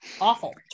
awful